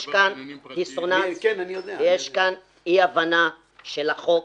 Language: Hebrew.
יש כאן דיסוננס, יש כאן אי הבנה של החוק